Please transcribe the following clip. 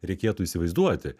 reikėtų įsivaizduoti